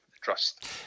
trust